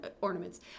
ornaments